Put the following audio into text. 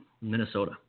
Minnesota